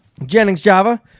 JenningsJava